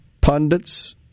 pundits